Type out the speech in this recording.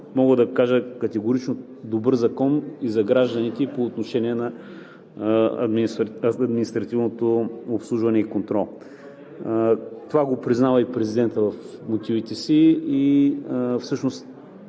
мога да кажа, категорично добър закон и за гражданите, и по отношение на административното обслужване и контрол, това го признава и президентът в мотивите си. Всъщност